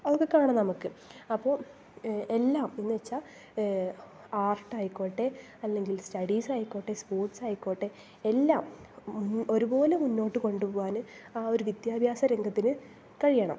അതൊക്കെയാണ് നമുക്ക് അപ്പോൾ എല്ലാം എന്ന് വച്ചാൽ ആർട്ടായിക്കോട്ടെ അല്ലെങ്കിൽ സ്റ്റഡീസായിക്കോട്ടെ സ്പോർട്സായിക്കോട്ടെ എല്ലാം ഒരു പോലെ മുന്നോട്ട് കൊണ്ട് പോവാനും ആ ഒരു വിദ്യാഭ്യസരംഗത്തിന് കഴിയണം